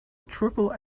triple